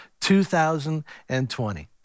2020